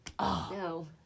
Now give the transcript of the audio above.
No